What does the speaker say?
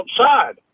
outside